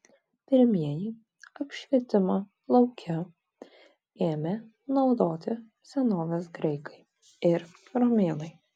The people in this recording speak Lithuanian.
pirmieji apšvietimą lauke ėmė naudoti senovės graikai ir romėnai